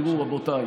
תראו, רבותיי,